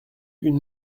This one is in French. une